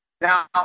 Now